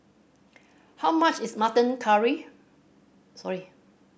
how much is mutton carry sorry